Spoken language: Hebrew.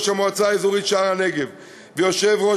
ראש המועצה האזורית שער-הנגב ויושב-ראש